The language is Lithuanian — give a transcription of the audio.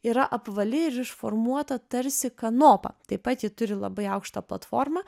yra apvali ir išformuota tarsi kanopa taip pat ji turi labai aukštą platformą